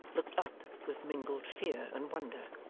looked up with mingled fear and wonder.